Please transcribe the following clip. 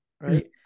right